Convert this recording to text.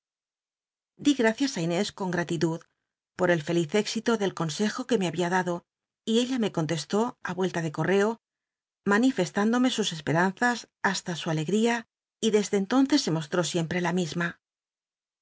di gtacias i tnés con gra titud por el feliz éxito del consejo que me había dado y ella me contestó a uelta de correo manifestándome sus esperanzas hasta su alegtia y desde entonces se moshó iempre la misma